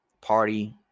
party